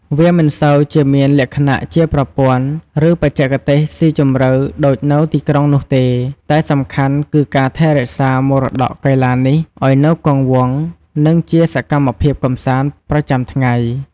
វាមិនសូវជាមានលក្ខណៈជាប្រព័ន្ធ ឬបច្ចេកទេសស៊ីជម្រៅដូចនៅទីក្រុងនោះទេ តែសំខាន់គឺការថែរក្សាមរតកកីឡានេះឲ្យនៅគង់វង្ស និងជាសកម្មភាពកម្សាន្តប្រចាំថ្ងៃ។